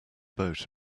boat